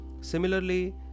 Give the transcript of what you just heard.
Similarly